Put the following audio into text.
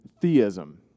theism